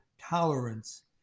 tolerance